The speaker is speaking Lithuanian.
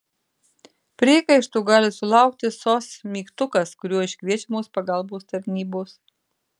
priekaištų gali sulaukti sos mygtukas kuriuo iškviečiamos pagalbos tarnybos